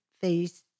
face